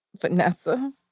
Vanessa